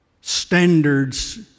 standards